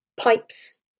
pipes